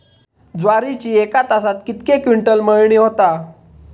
ज्वारीची एका तासात कितके क्विंटल मळणी होता?